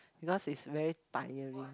because it's very tiring